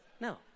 No